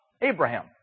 Abraham